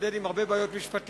התמודד עם הרבה בעיות משפטיות.